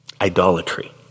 Idolatry